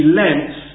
length